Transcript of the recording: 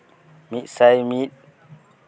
ᱢᱤᱫ ᱥᱟᱭ ᱢᱤᱫ